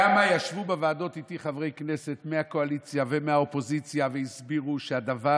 כמה חברי כנסת ישבו איתי בוועדות,